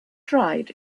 dried